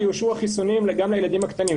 יאושרו החיסונים גם לילדים הקטנים.